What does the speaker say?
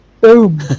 boom